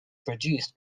produced